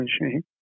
machine